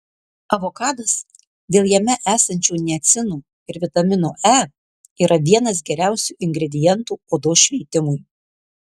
avokadas dėl jame esančio niacino ir vitamino e yra vienas geriausių ingredientų odos šveitimui